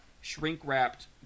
shrink-wrapped